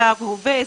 זה ההווה,